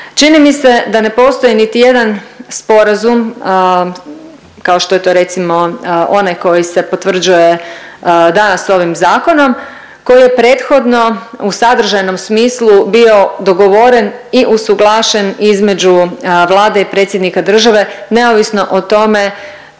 Čini mi se da ne postoji niti jedan sporazum kao što je to recimo onaj koji se potvrđuje danas ovim zakonom koji je prethodno u sadržajnom smislu bio dogovoren i usuglašen između Vlade i predsjednik države, neovisno o tome